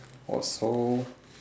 or so